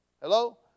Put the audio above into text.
Hello